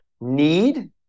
need